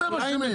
מה אתם אשמים?